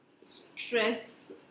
stress